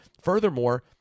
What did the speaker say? furthermore